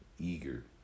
eager